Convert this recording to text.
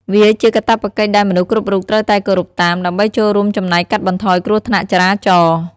វាជាកាតព្វកិច្ចដែលមនុស្សគ្រប់រូបត្រូវតែគោរពតាម ដើម្បីចូលរួមចំណែកកាត់បន្ថយគ្រោះថ្នាក់ចរាចរណ៍។